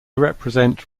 represent